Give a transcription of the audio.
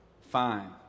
Fine